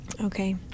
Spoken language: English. Okay